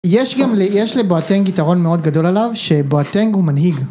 יש גם, יש לבואטנג יתרון מאוד גדול עליו, שבואטנג הוא מנהיג.